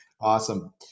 Awesome